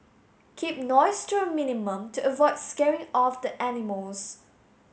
keep noise to a minimum to avoid scaring off the animals